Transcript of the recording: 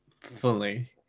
fully